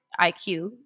IQ